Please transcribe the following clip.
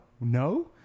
no